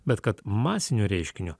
bet kad masiniu reiškiniu